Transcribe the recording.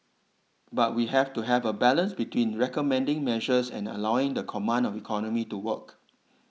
but we have to have a balance between recommending measures and allowing the command of economy to work